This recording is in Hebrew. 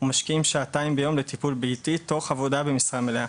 ומשקיעים שעתיים ביום לטיפול ביתי תוך עבודה במשרה מלאה.